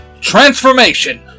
Transformation